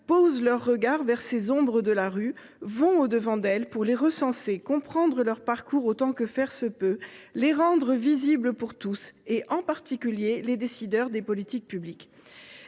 là leur regard sur ces ombres de la rue. Ils vont au devant d’elles afin de les recenser, de comprendre leur parcours autant que faire se peut et de les rendre visibles pour tous, en particulier pour les décideurs des politiques publiques.